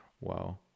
Wow